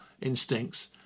instincts